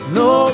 no